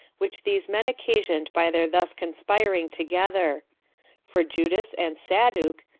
which these men occasioned by their thus conspiring together for judas and sadduc,